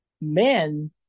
men